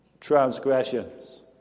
transgressions